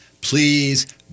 please